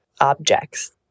objects